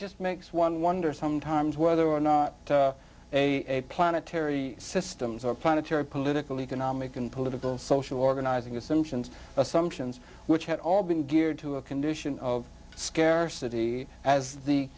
just makes one wonder sometimes whether or not a planetary systems are planetary political economic and political social organizing assumptions assumptions which had all been geared to a condition of scarcity as the